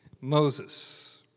Moses